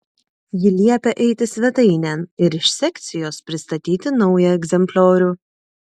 ji liepia eiti svetainėn ir iš sekcijos pristatyti naują egzempliorių